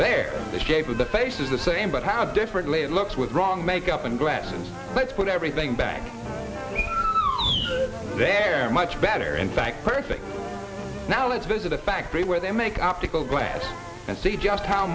there the shape of the face is the same but how differently it looks with wrong makeup and glass and let's put everything back they're much better in fact perfect now let's visit a factory where they make optical glass and see just how